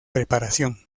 preparación